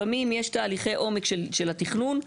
לפעמים, יש תהליכי עומק של התכנון.